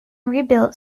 rebuilt